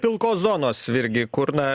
pilkos zonos virgi kur na